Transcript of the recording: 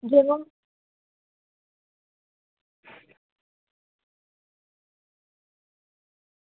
यरो